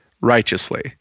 righteously